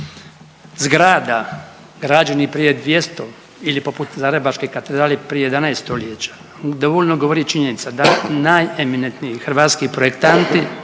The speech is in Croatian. zgrada građenih prije 200. ili poput Zagrebačke katedrale prije 11. stoljeća dovoljno govori činjenica da najeminentniji hrvatski projektanti